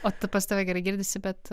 o tu pas tave gerai girdisi bet